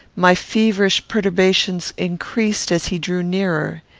my feverish perturbations increased as he drew nearer.